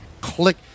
click